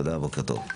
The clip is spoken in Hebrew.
תודה, בוקר טוב.